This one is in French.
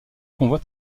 convoi